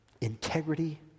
integrity